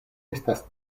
estas